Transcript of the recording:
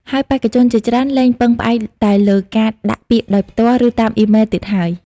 ហើយបេក្ខជនជាច្រើនលែងពឹងផ្អែកតែលើការដាក់ពាក្យដោយផ្ទាល់ ឬតាមអ៊ីមែលទៀតហើយ។